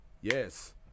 yes